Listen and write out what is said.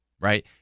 right